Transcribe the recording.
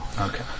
Okay